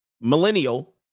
millennial